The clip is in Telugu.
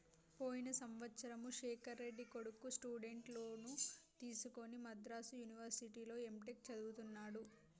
పోయిన సంవత్సరము శేఖర్ రెడ్డి కొడుకు స్టూడెంట్ లోన్ తీసుకుని మద్రాసు యూనివర్సిటీలో ఎంటెక్ చదువుతున్నడు